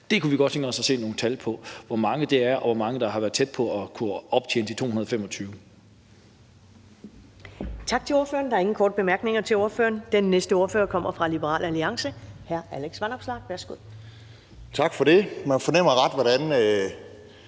Vi kunne godt tænke os at se nogle tal på, hvor mange det er, og hvor mange der har været tæt på at kunne optjene de 225